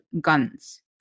guns